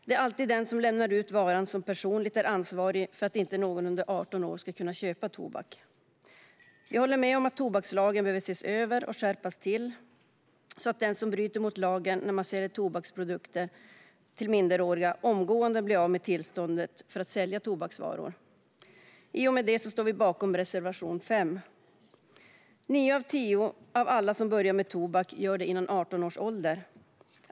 Det är alltid den som lämnar ut varan som personligen är ansvarig för att inte någon under 18 år ska kunna köpa tobak. Vi håller med om att tobakslagen behöver ses över och skärpas så att den som bryter mot lagen med att sälja tobaksprodukter till minderåriga omgående blir av med tillståndet för att sälja tobaksvaror. I och med det yrkar jag bifall till reservation 5. Nio av tio av dem som börjar använda tobak gör det innan 18 års ålder.